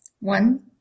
one